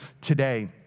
today